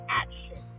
action